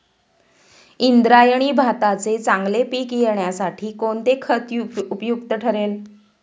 इंद्रायणी भाताचे चांगले पीक येण्यासाठी कोणते खत उपयुक्त ठरेल?